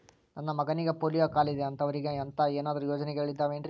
ನನ್ನ ಮಗನಿಗ ಪೋಲಿಯೋ ಕಾಲಿದೆ ಅಂತವರಿಗ ಅಂತ ಏನಾದರೂ ಯೋಜನೆಗಳಿದಾವೇನ್ರಿ?